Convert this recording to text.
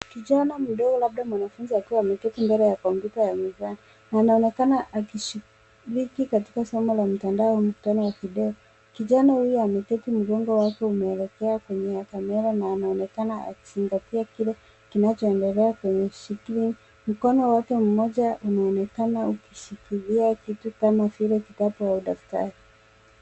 Kijana mdogo labda mwanafunzi akiwa ameketi mbele ya kompyuta ya mezani. Anaonekana akishiriki katika somo la mtandaoni au mkutano wa video. Kijana huyu ameketi mgongo wake umeelekea kwenye kamera na anaonekana akizingatia kile kinachoendelea kwenye skrini. Mkono wake mmoja unaonekana ukishikilia kitu kama vile kitabu au daftari.